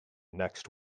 next